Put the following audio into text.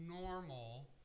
normal